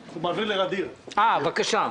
בבקשה.